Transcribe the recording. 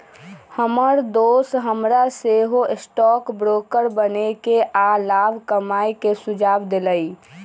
हमर दोस हमरा सेहो स्टॉक ब्रोकर बनेके आऽ लाभ कमाय के सुझाव देलइ